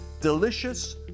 Delicious